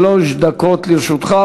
שלוש דקות לרשותך.